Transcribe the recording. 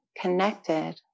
connected